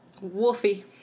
Wolfie